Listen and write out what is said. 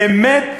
באמת,